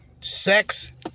Sex